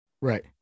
Right